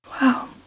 Wow